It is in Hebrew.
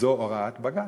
זו הוראת בג"ץ.